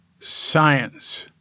science